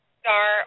star